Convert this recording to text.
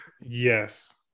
Yes